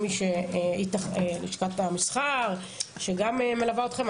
ללשכת המסחר שגם מלווה אתכם.